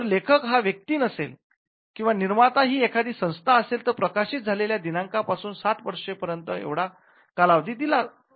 जर लेखक हा व्यक्ती नसेल किंवा निर्माता ही एखादी संस्था असेल तर प्रकाशित झालेल्या दिनांकापासून साठ वर्षापर्यंत एवढा कालावधी असतो